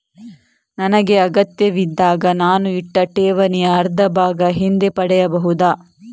ನನಗೆ ಅಗತ್ಯವಿದ್ದಾಗ ನಾನು ಇಟ್ಟ ಠೇವಣಿಯ ಅರ್ಧಭಾಗ ಹಿಂದೆ ಪಡೆಯಬಹುದಾ?